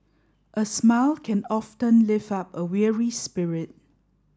a smile can often lift up a weary spirit